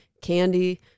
candy